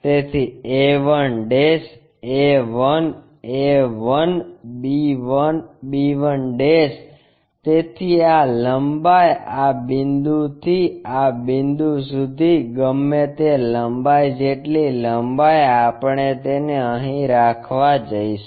તેથી a 1 a 1 a 1 b 1 b 1 તેથી આ લંબાઈ આ બિંદુથી આ બિંદુ સુધી ગમે તે લંબાઈ જેટલી લંબાઈ આપણે તેને અહીં રાખવા જઈશું